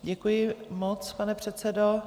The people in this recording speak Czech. Děkuji moc, pane předsedo.